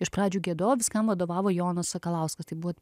iš pradžių giedojau viskam vadovavo jonas sakalauskas tai buvo